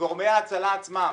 גורמי ההצלה עצמם,